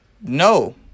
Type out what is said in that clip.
No